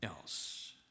else